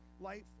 life